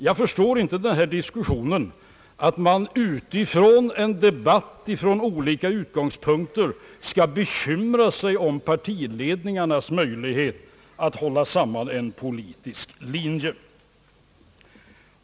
Jag förstår inte att man i en partidebatt som förs utifrån olika utgångspunkter, skall bekymra sig om partiledningarnas möjlighet att hålla samman en politisk linje.